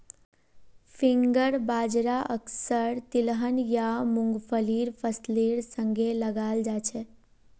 finger बाजरा अक्सर तिलहन या मुंगफलीर फसलेर संगे लगाल जाछेक